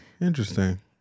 interesting